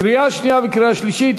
קריאה שנייה וקריאה שלישית.